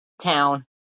town